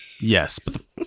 Yes